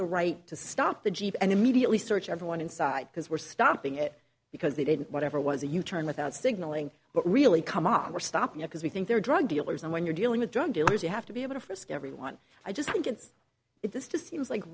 the right to stop the jeep and immediately search everyone inside because we're stopping it because they didn't whatever was a u turn without signaling but really come on we're stopping at because we think they're drug dealers and when you're dealing with drug dealers you have to be able to frisk everyone i just think it's if this just seems like